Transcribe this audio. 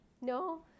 No